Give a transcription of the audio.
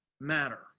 matter